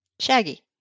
Shaggy